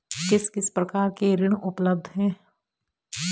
किस किस प्रकार के ऋण उपलब्ध हैं?